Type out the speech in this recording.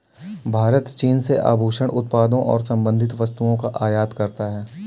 भारत चीन से आभूषण उत्पादों और संबंधित वस्तुओं का आयात करता है